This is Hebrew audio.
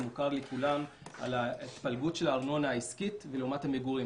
מוכר לכולם על התפלגות הארנונה העסקית לעומת המגורים.